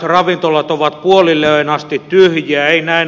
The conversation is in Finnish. ravintolat ovat puolilleöin asti tyhjiä